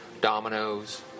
dominoes